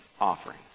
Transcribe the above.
offering